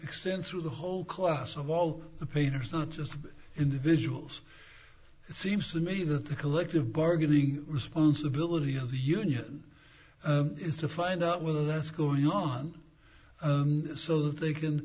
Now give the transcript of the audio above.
extend through the whole class of all the papers not just individuals it seems to me that the collective bargaining responsibility of the union is to find out whether that's going on so that they can